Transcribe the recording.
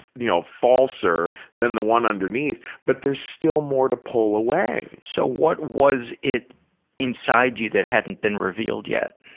you know, falser than the one underneath, but there's still more to pull away. so, what was it inside you that hadn't been revealed yet?